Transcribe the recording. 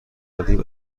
اومدیم